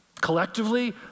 collectively